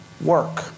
work